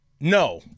No